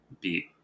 beat